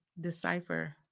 decipher